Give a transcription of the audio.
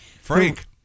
Frank